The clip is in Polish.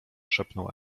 szepnął